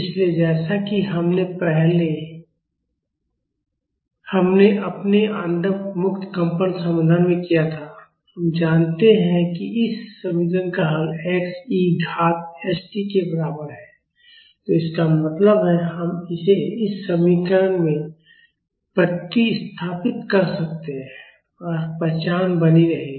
इसलिए जैसा कि हमने अपने अडम्प्ड मुक्त कंपन समाधान में किया था हम जानते हैं कि इस समीकरण का हल x e घात st के बराबर है तो इसका मतलब है हम इसे इस समीकरण में प्रतिस्थापित कर सकते हैं और पहचान बनी रहेगी